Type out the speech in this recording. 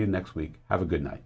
you next week have a good night